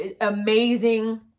Amazing